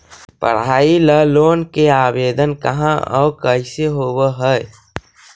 पढाई ल लोन के आवेदन कहा औ कैसे होब है?